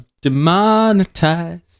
demonetized